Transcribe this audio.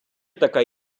така